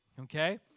Okay